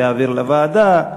להעביר לוועדה,